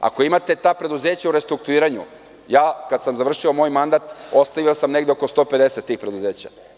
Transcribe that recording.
Ako imate ta preduzeća u restrukturiranju, kada sam završio moj mandat, ostavio sam negde oko 150 tih preduzeća.